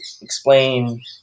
explain